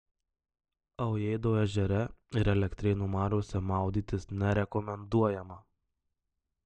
aujėdo ežere ir elektrėnų mariose maudytis nerekomenduojama